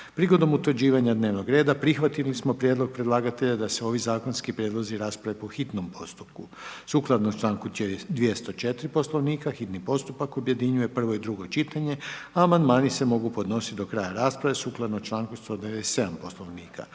Prilikom utvrđivanja dnevnog reda prihvatili smo prijedlog predlagatelja da se ovi zakonski prijedlozi rasprave po hitnom postupku. Sukladno članku 204. Poslovnika hitni postupak objedinjuje prvo i drugo čitanje a amandmani se mogu podnositi do kraja rasprave sukladno članku 197. Poslovnika.